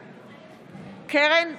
בעד קרן ברק,